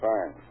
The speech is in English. Fine